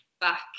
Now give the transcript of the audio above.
back